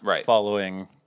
following